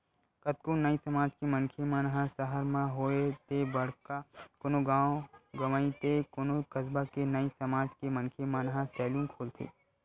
कतको नाई समाज के मनखे मन ह सहर म होवय ते बड़का कोनो गाँव गंवई ते कोनो कस्बा के नाई समाज के मनखे मन ह सैलून खोलथे